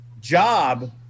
Job